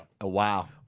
wow